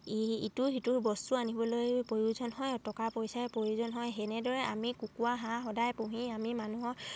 ইটোৰ সিটোৰ বস্তু আনিবলৈ প্ৰয়োজন হয় টকা পইচাই প্ৰয়োজন হয় সেনেদৰে আমি কুকুৰা হাঁহ সদায় পুহি আমি মানুহক